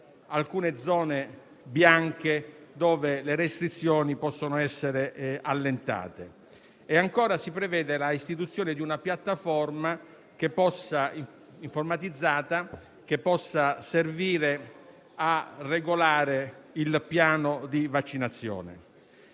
alcune zone bianche in cui le restrizioni possono essere allentate; e, ancora, si prevede l'istituzione di una piattaforma informatizzata che possa servire a regolare il piano di vaccinazione.